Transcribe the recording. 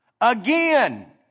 Again